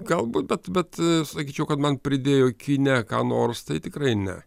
galbūt bet bet sakyčiau kad man pridėjo kine ką nors tai tikrai ne